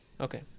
Okay